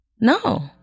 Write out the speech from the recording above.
No